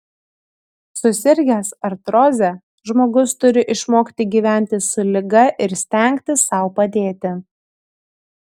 susirgęs artroze žmogus turi išmokti gyventi su liga ir stengtis sau padėti